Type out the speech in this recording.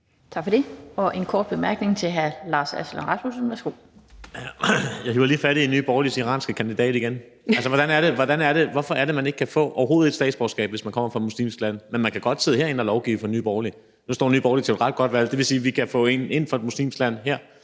Tak for det. Der er en kort bemærkning fra hr. Lars Aslan Rasmussen. Værsgo. Kl. 20:15 Lars Aslan Rasmussen (S): Jeg hiver lige fat i Nye Borgerliges iranske kandidat igen. Hvorfor er det, man overhovedet ikke kan få et statsborgerskab, hvis man kommer fra et muslimsk land, men man kan godt sidde herinde og lovgive for Nye Borgerlige? Nu står Nye Borgerlige til et ret godt valg. Det vil sige, at vi kan få en ind fra et muslimsk land her,